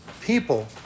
people